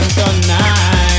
tonight